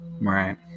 right